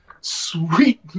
sweet